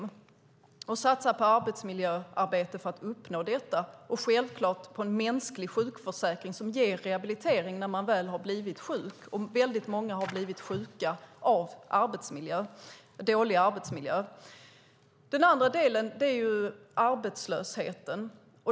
Det gäller att satsa på arbetsmiljöarbete för att uppnå detta och självklart på en mänsklig sjukförsäkring som ger rehabilitering när man väl har blivit sjuk. Väldigt många har blivit sjuka av dålig arbetsmiljö. Den andra delen är arbetslösheten.